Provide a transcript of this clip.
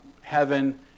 heaven